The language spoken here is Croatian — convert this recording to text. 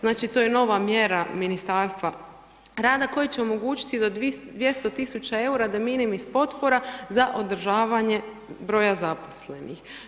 Znači to je nova mjera Ministarstva rada koje će omogućiti da 200 000 eura de Minimis potpora za održavanje broja zaposlenih.